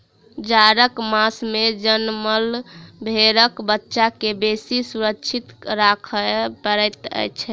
जाड़क मास मे जनमल भेंड़क बच्चा के बेसी सुरक्षित राखय पड़ैत छै